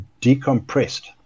decompressed